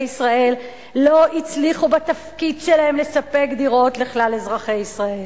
ישראל לא הצליחו בתפקיד שלהם לספק דירות לכלל אזרחי ישראל.